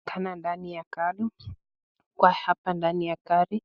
Inaonekana ndani ya gari kwa hapa ndani ya gari